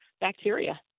bacteria